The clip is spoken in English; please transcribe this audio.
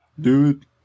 dude